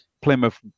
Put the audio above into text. Plymouth